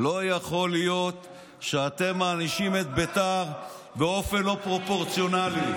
לא יכול להיות שאתם מענישים את בית"ר באופן לא פרופורציונלי.